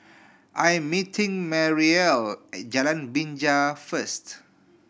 I'm meeting Mariel at Jalan Binja first